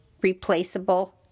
replaceable